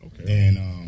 Okay